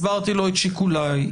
הסברתי לו את שיקוליי,